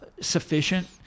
sufficient